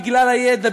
בגלל הידע,